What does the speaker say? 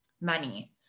money